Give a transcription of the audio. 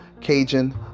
Cajun